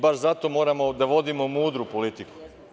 Baš zato moramo da vodimo mudru politiku.